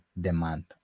demand